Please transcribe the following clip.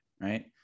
right